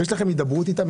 יש לכם הידברות איתם?